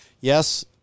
Yes